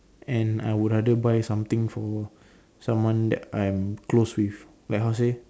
and I would rather buy something for someone that I'm close with like how to say